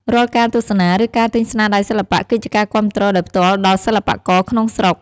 រាល់ការទស្សនា ឬការទិញស្នាដៃសិល្បៈ គឺជាការគាំទ្រដោយផ្ទាល់ដល់សិល្បករក្នុងស្រុក។